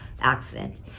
accident